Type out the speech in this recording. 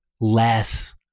less